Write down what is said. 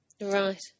Right